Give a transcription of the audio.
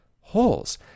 holes